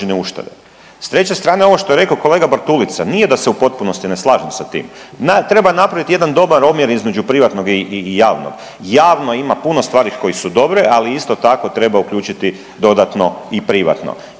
S treće strane ovo što je rekao kolega Bartulica nije da se u potpunosti ne slažem sa tim. Treba napraviti jedan dobar omjer između privatnog i javnog. Javno ima puno stvari koje su dobre, ali isto tako treba uključiti dodatno i privatno.